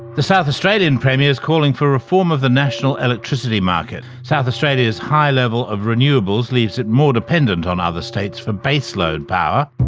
the south australian premier is calling for reform of the national electricity market. south australia's high level of renewables leaves it more dependent on other states for baseload power.